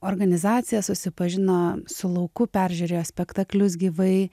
organizacija susipažino su lauku peržiūrėjo spektaklius gyvai